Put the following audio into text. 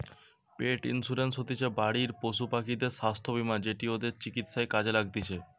পেট insurance হতিছে বাড়ির পশুপাখিদের স্বাস্থ্য বীমা যেটি ওদের চিকিৎসায় কাজে লাগতিছে